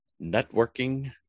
networking